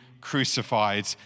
crucified